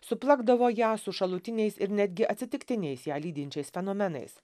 suplakdavo ją su šalutiniais ir netgi atsitiktiniais ją lydinčiais fenomenais